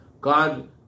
God